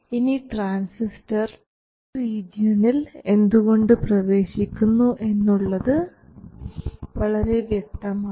ഇനി transistor triode റീജിയണിൽ എന്തുകൊണ്ട് പ്രവേശിക്കുന്നു എന്നുള്ളത് വളരെ വ്യക്തമാണ്